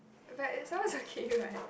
but it sounds okay [what]